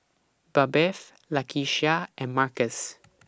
Babette Lakeshia and Marcus